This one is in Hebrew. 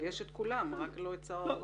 אבל יש את כולם, רק לא את שר הרווחה.